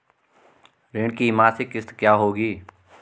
ऋण की मासिक किश्त क्या होगी?